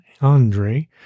Andre